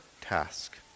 task